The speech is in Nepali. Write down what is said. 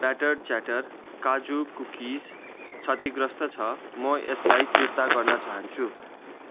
ब्याटर च्याटर काजु कुकिज क्षतिग्रस्त छ म यसलाई फिर्ता गर्न चाहन्छु